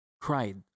cried